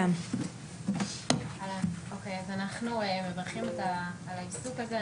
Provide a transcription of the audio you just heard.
אנחנו מברכים על העיסוק הזה,